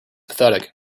pathetic